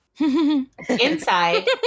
inside